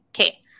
okay